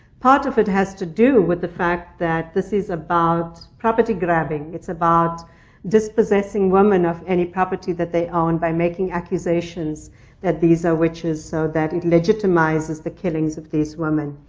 part of it has to do with the fact that this is about property grabbing. it's about dispossessing women of any property that they own, by making accusations that these are witches. so that it legitimizes the killings of these women.